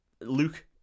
Luke